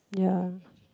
ya